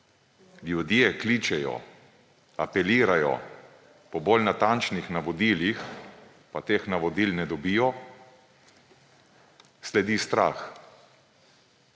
ljudje kličejo, apelirajo po bolj natančnih navodilih, pa teh navodil ne dobijo, sledi strah.